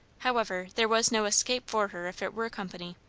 however, there was no escape for her if it were company.